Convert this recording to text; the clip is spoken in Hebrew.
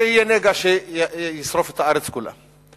זה יהיה נגע שישרוף את הארץ כולה.